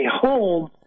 home